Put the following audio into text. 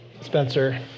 Spencer